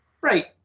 Right